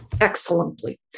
excellently